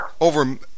over